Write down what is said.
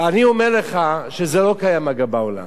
אני אומר לך שזה לא קיים בעולם.